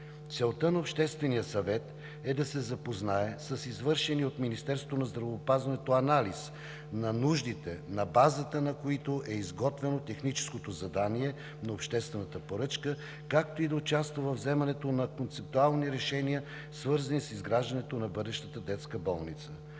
Целта на обществения съвет е да се запознае с извършения от Министерството на здравеопазването анализ на нуждите, на базата на които е изготвено техническото задание на обществената поръчка, както и да участва във вземането на концептуални решения, свързани с изграждането на бъдещата детска болница.